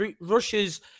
Russia's